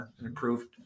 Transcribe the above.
improved